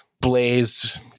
blazed